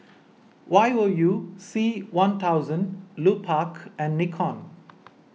Y O U C one thousand Lupark and Nikon